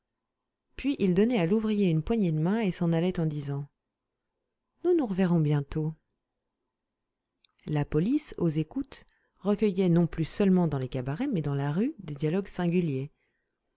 puis il donnait à l'ouvrier une poignée de main et s'en allait en disant nous nous reverrons bientôt la police aux écoutes recueillait non plus seulement dans les cabarets mais dans la rue des dialogues singuliers